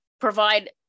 provide